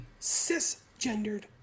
cisgendered